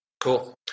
Cool